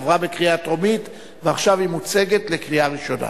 היא עברה בקריאה טרומית ועכשיו היא מוצגת לקריאה ראשונה.